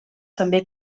també